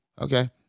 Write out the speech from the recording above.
Okay